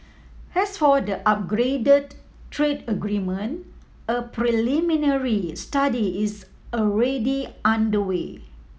as for the upgraded trade agreement a preliminary study is already underway